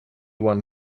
won